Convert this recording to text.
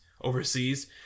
overseas